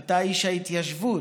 אתה איש ההתיישבות.